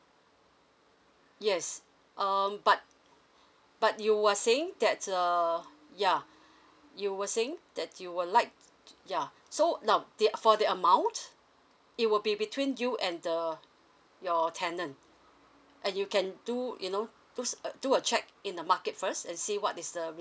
yes um but but you are saying that err ya you were saying that you would like t~ yeah so now the for the amount it will be between you and the your tenant uh you can do you know those uh do a check in the market first and see what is the